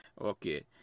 Okay